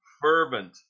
fervent